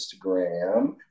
Instagram